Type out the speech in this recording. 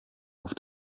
auf